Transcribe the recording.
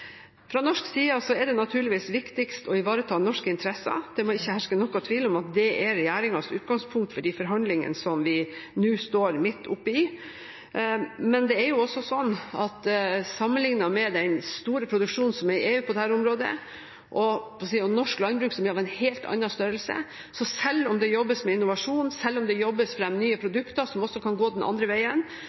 Fra norsk side er det naturligvis viktigst å ivareta norske interesser. Det må ikke herske noen tvil om at det er regjeringens utgangspunkt for de forhandlingene som vi nå står midt oppe i. Men det er også sånn at sammenliknet med den store produksjonen som er i EU på dette området, er norsk landbruk av en helt annen størrelse. Så selv om det jobbes med innovasjon, selv om det jobbes fram nye produkter som også kan gå den andre veien,